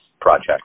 project